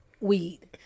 Weed